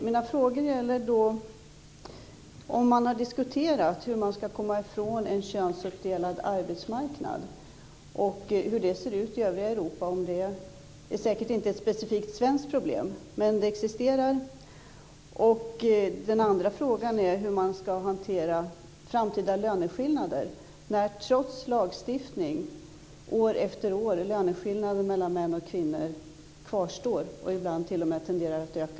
Mina frågor gäller om man har diskuterat hur man ska komma ifrån en könsuppdelad arbetsmarknad och hur det ser ut i övriga Europa. Det är säkert inte ett specifikt svenskt problem, men det existerar. Jag undrar också hur man ska hantera framtida löneskillnader, när löneskillnaderna mellan män och kvinnor, trots lagstiftning, år efter år kvarstår och ibland t.o.m. tenderar att öka.